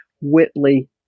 Whitley